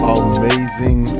amazing